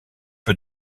peu